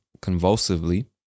convulsively